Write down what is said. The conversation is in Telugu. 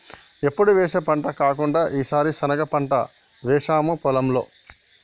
ఎప్పుడు వేసే పంట కాకుండా ఈసారి శనగ పంట వేసాము పొలంలో